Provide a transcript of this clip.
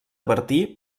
bertí